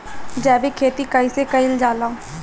जैविक खेती कईसे कईल जाला?